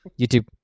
YouTube